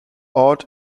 ort